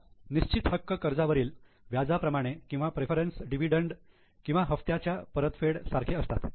आता निश्चित हक्क कर्जावरील व्याजा प्रमाणे किंवा प्रेफरन्स डिव्हिडंड किंवा हप्त्याच्या परतफेड सारखे असतात